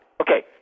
Okay